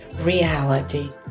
reality